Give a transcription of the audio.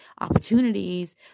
opportunities